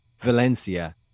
Valencia